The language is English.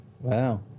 wow